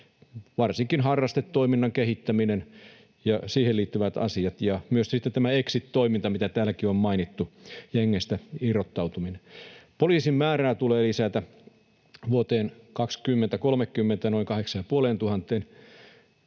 varsinkin harrastetoiminnan kehittäminen ja siihen liittyvät asiat ja myös sitten tämä exit-toiminta, mitä täälläkin on mainittu, jengeistä irrottautuminen. Poliisien määrää tulee lisätä vuoteen 2030 noin kahdeksaan-